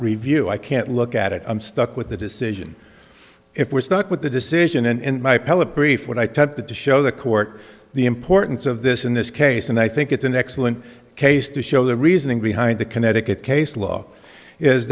review i can't look at it i'm stuck with the decision if we're stuck with the decision and my pellet brief what i tempted to show the court the importance of this in this case and i think it's an excellent case to show the reasoning behind the connecticut case law is